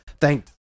Thank